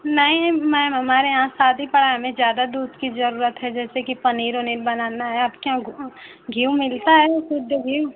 नहीं मैम हमारे यहाँ शादी पड़ा है हमें ज्यादा दूध की जरूरत है जैसे की पनीर उनीर बनाना है आपके यहाँ घी ऊ मिलता है शुद्ध घी